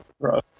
bro